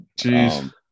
Jeez